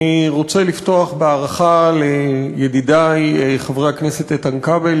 אני רוצה לפתוח בהערכה לידידַי חבר הכנסת איתן כבל,